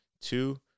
Two